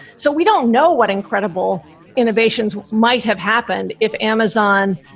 so we don't know what incredible innovations might have happened if amazon,